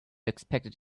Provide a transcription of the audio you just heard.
expected